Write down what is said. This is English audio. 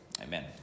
Amen